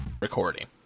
Recording